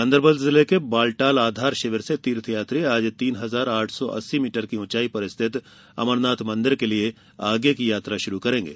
गांदरबल ज़िले के बालटाल आधार शिविर से तीर्थयात्री आज तीन हज़ार आठ सौ अस्सी मीटर की ऊंचाई पर स्थित अमरनाथ मंदिर के लिये आगे की यात्रा शुरू करेंगे